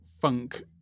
funk